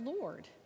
Lord